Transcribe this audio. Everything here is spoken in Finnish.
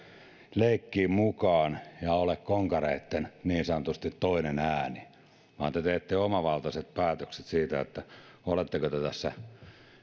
leikkiin mukaan ja ole konkareitten niin sanotusti toinen ääni vaan te teette omavaltaiset päätökset siitä oletteko te tässä